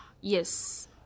yes